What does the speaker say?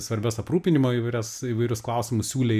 svarbias aprūpinimo įvairias įvairius klausimus siūlė